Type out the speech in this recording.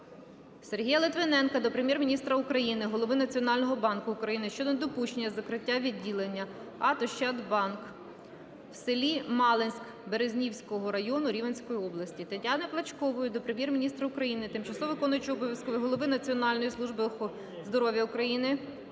Сергія Литвиненка до Прем'єр-міністра України, голови Національного банку України щодо недопущення закриття відділення АТ "Ощадбанк" в селі Малинськ Березнівського райну, Рівненської області. Тетяни Плачкової до Прем'єр-міністра України, тимчасово виконуючої обов'язки голови Національної служби здоров'я України,